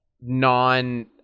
non